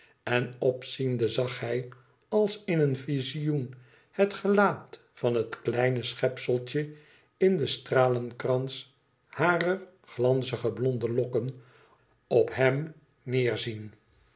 en opziende zag hij als in een visioen bet gelaat van het kleine schepseltje m den stralenkrans harer glanzige blonde lokken op hem neerzien